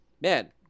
man